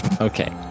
Okay